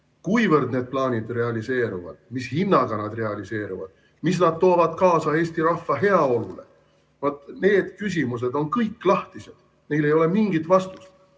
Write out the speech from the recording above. Kuivõrd need plaanid realiseeruvad? Mis hinnaga nad realiseeruvad? Mida nad toovad kaasa Eesti rahva heaolule? Need küsimused on kõik lahtised, neile ei ole mingit vastust.